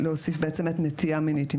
להוסיף נטייה מינית.